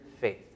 faith